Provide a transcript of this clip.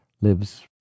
lives